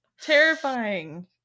Terrifying